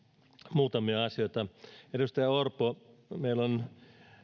muutamia asioita edustaja orpo meillä on